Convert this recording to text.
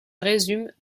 résume